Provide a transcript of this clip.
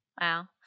Wow